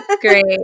Great